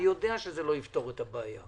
אני יודע שזה לא יפתור את הבעיה,